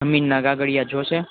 જમીનના કાગળિયા જોશે